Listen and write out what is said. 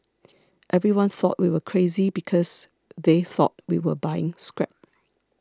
everyone thought we were crazy because they thought we were buying scrap